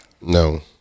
No